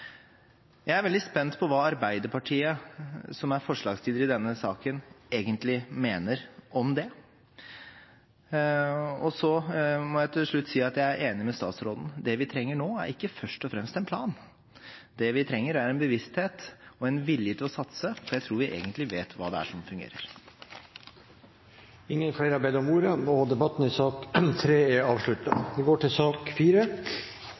Jeg er veldig spent på hva Arbeiderpartiet, som er forslagsstiller i denne saken, egentlig mener om det. Til slutt må jeg si at jeg er enig med statsråden i at det vi trenger nå, ikke først og fremst er en plan. Det vi trenger, er en bevissthet og en vilje til å satse, for jeg tror vi egentlig vet hva det er som fungerer. Flere har ikke bedt om ordet til sak nr. 3. Etter ønske fra kirke-, utdannings- og forskningskomiteen vil presidenten foreslå at taletiden blir begrenset til